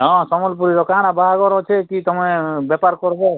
ହଁ ସମ୍ବଲପୁରୀର କାଣ ବାହାଘର ଅଛି କି ତମେ ବେପାର କରିବ